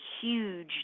huge